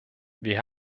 wir